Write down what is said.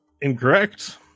Incorrect